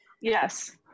Yes